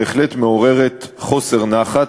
בהחלט מעוררת חוסר נחת,